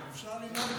אפשר לנעול את המליאה?